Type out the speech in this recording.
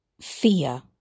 fear